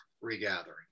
regathering